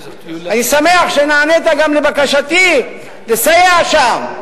אני שמח שנענית גם לבקשתי לסייע שם.